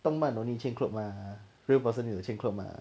动漫 no need change clothes mah real person need to change clothes mah